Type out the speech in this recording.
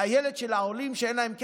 הילד של העולים שאין להם כסף,